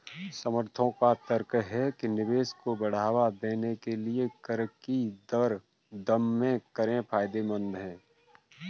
समर्थकों का तर्क है कि निवेश को बढ़ावा देने के लिए कर की कम दरें फायदेमंद हैं